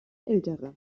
ältere